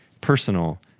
personal